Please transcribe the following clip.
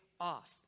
off